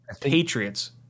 Patriots